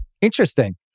Interesting